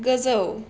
गोजौ